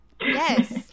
Yes